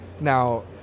Now